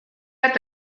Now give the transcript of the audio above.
eta